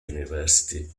university